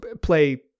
play